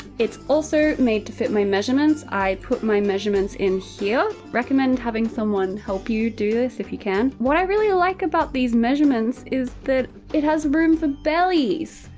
it's also made to fit my measurements. i put my measurements in here. recommend having someone help you do this if you can. what i really like about these measurements is that it has room for bellies.